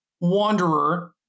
Wanderer